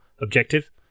objective